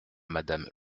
madame